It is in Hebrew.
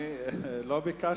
אני לא יכול.